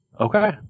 Okay